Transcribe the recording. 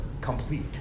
complete